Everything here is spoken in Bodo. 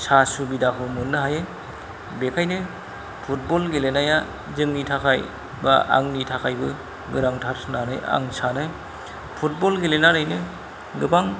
सा सुबिदाबो मोननो हायो बेखयनो फुटबल गेलेनाया जोंनि थाखाय बा आंनि थाखायबो मोजांथार होननानै आं सानो फुटबल गेलेनानैनो गोबां